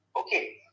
Okay